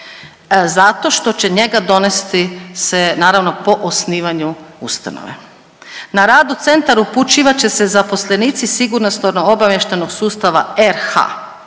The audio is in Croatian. zato što će njega donesti se naravno po osnivanju ustanove. Na rad u centar upućivat će se zaposlenici sigurnosno obavještajnog sustava RH